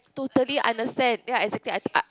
totally understand ya exactly I